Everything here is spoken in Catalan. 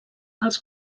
als